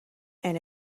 and